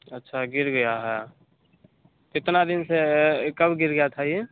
अच्छा गिर गया है कितना दिन से यह कब गिर गया था यह